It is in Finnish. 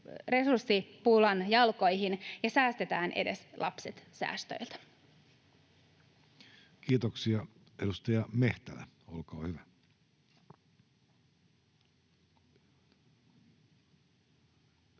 resurssipulan jalkoihin. Säästetään edes lapset säästöiltä. Kiitoksia. — Edustaja Mehtälä, olkaa hyvä. Arvoisa